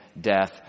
death